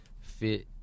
Fit